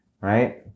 right